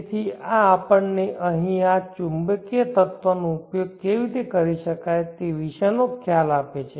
તો આ આપણને અહીં આ ચુંબકીય તત્વનો ઉપયોગ કેવી રીતે કરી શકાય તે વિશેનો ખ્યાલ આપે છે